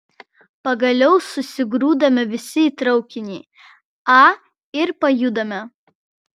pagaliau susigrūdame visi į traukinį a ir pajudame